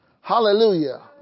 Hallelujah